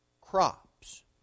crops